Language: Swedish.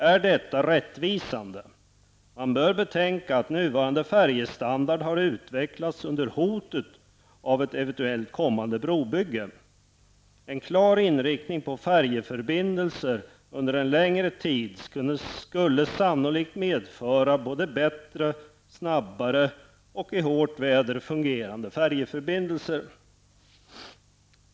Är detta rättvisande? Man bör betänka att nuvarande färjestandard har utvecklats under hotet av ett eventuellt kommande brobygge. En klar inriktning på färjeförbindelser under en längre tid skulle sannolikt medföra både bättre, snabbare och i hårt väder fungerande färjeförbindelser.